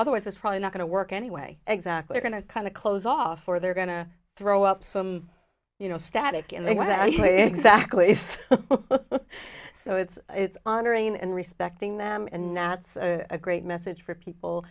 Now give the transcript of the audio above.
otherwise it's probably not going to work anyway exactly are going to kind of close off or they're going to throw up some you know static and then i think exactly so it's it's honoring and respecting them and that's a great message for people